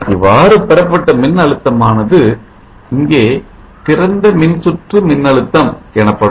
இவ்வாறு பெறப்பட்ட மின்னழுத்தமானது இங்கே திறந்த மின்சுற்று மின்னழுத்தம் எனப்படும்